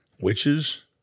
Witches